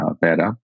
better